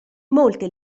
molte